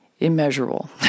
immeasurable